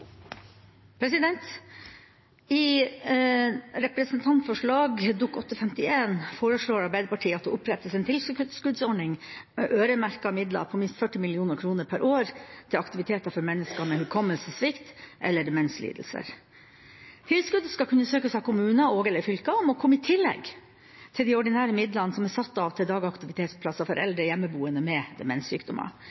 I representantforslaget til Dokument 8:51 foreslår Arbeiderpartiet at det opprettes en tilskuddsordning med øremerkede midler på minst 40 mill. kr per år til aktiviteter for mennesker med hukommelsessvikt eller demenslidelser. Tilskuddet skal kunne søkes av kommuner og/eller fylker og må komme i tillegg til de ordinære midlene som er satt av til dagaktivitetsplasser for